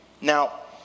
Now